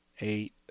eight